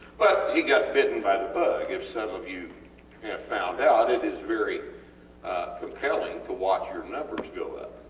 but he got bitten by the bug, if some of you you have found out it is very compelling to watch your numbers go up,